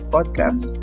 Podcast